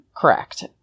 Correct